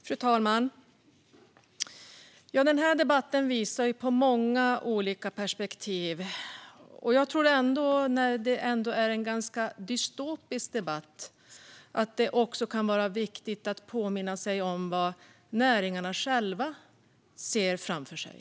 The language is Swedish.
Fru talman! Den här debatten visar på många olika perspektiv, men det är ändå en ganska dystopisk debatt. Det kan också vara viktigt att påminna sig om vad näringarna själva ser framför sig.